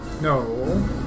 No